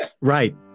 right